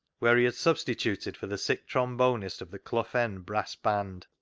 where he had substituted for the sick trombonist of the clough end brass band.